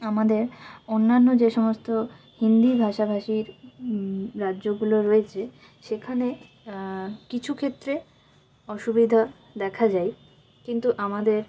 আমাদের অন্যান্য যে সমস্ত হিন্দি ভাষাভাষীর রাজ্যগুলো রয়েছে সেখানে কিছু ক্ষেত্রে অসুবিধা দেখা যায় কিন্তু আমাদের